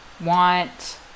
want